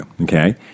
okay